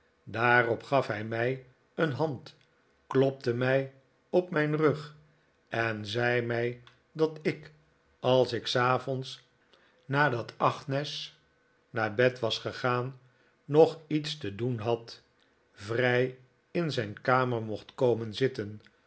daarop gaf hij mij een hand klopte mij op mijn rug en zei david copperfield mij dat ik als ik s avonds nadat agnes naar bed was gegaan nog iets te doen had vrij in zijn kamer mocht komen zitten